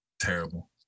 Terrible